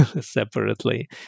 separately